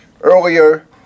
earlier